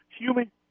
human